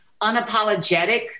unapologetic